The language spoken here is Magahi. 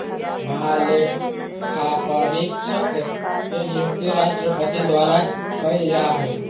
महालेखापरीक्षक के नियुक्ति राष्ट्रपति द्वारा कइल जा हइ